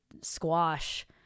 Squash